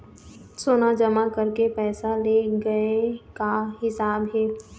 सोना जमा करके पैसा ले गए का हिसाब हे?